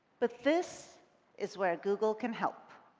but this is where google can help.